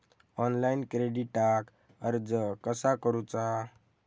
Online क्रेडिटाक अर्ज कसा करुचा?